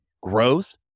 growth